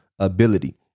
Ability